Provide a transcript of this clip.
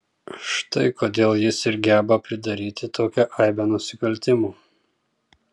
štai kodėl jis ir geba pridaryti tokią aibę nusikaltimų